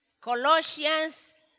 Colossians